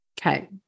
Okay